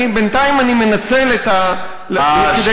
בינתיים אני מנצל כדי,